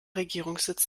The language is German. regierungssitz